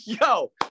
yo